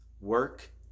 work